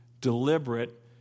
Deliberate